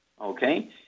okay